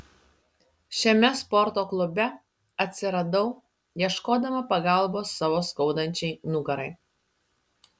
šiame sporto klube atsiradau ieškodama pagalbos savo skaudančiai nugarai